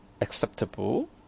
acceptable